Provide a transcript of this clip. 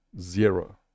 zero